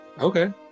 Okay